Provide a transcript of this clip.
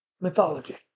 mythology